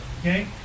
Okay